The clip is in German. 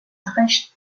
thrash